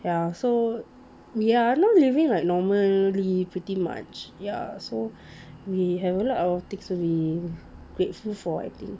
ya so we are now living like normally pretty much ya so we have lot things to be grateful for I think